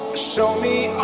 show me